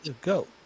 go